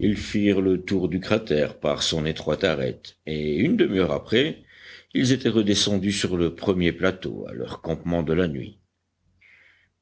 ils firent le tour du cratère par son étroite arête et une demi-heure après ils étaient redescendus sur le premier plateau à leur campement de la nuit